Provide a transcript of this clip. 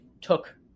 took